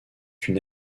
une